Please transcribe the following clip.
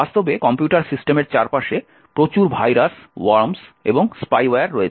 বাস্তবে কম্পিউটার সিস্টেমের চারপাশে প্রচুর ভাইরাস ওয়র্মস এবং স্পাইওয়্যার রয়েছে